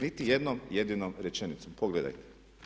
Niti jednom jedinom rečenicom, pogledajte!